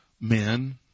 men